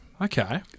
Okay